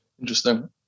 Interesting